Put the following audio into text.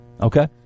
Okay